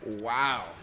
Wow